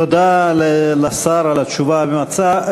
תודה לשר על התשובה הממצה.